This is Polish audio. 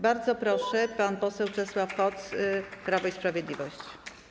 Bardzo proszę, pan poseł Czesław Hoc, Prawo i Sprawiedliwość.